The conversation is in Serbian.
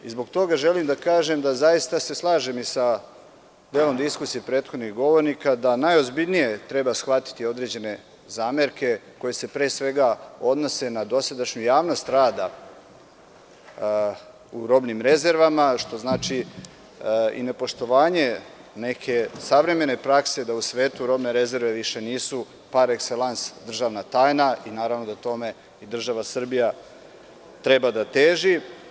Zbog toga želim da kažem da se zaista slažem i sa delom diskusije prethodnih govornika, da najozbiljnije treba shvatiti određene zamerke koje se, pre svega, odnose na dosadašnju javnost rada u robnim rezervama, što znači i nepoštovanje neke savremene prakse da u svetu robne rezerve više nisu par ekselans državna tajna i naravno da tome i država Srbija treba da teži.